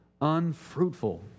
unfruitful